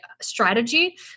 strategy